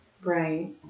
Right